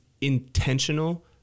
intentional